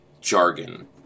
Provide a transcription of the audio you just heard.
jargon